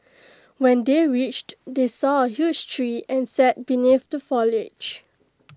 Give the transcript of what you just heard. when they reached they saw A huge tree and sat beneath the foliage